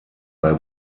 bei